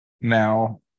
now